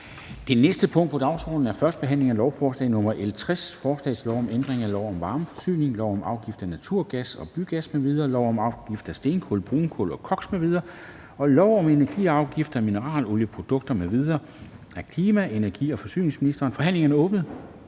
Det næste punkt på dagsordenen er: 3) 1. behandling af lovforslag nr. L 60: Forslag til lov om ændring af lov om varmeforsyning, lov om afgift af naturgas og bygas m.v., lov om afgift af stenkul, brunkul og koks m.v. og lov om energiafgift af mineralolieprodukter m.v. (Prisregulering af og energieffektiviseringsordning